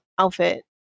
outfit